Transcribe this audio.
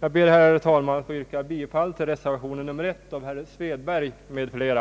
Jag ber, herr talman, att få yrka bifall till reservation 1 av herr Erik Svedberg m.fl.